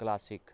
classic